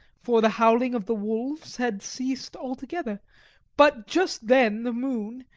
for the howling of the wolves had ceased altogether but just then the moon,